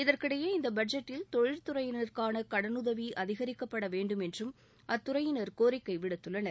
இதற்கிடையே பட்ஜெட்டில் தொழில்துறையினருக்கான இந்த கடலுதவி அதிகரிக்கப்படவேண்டும் என்றும் அத்துறையினர் கோரிக்கை விடுத்துள்ளனர்